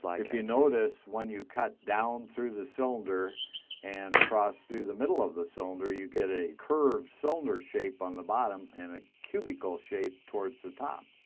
if you notice, when you cut down through the cylinder and across through the middle of the cylinder, you get a curved cylinder shape on the bottom and a cubical shape towards the top.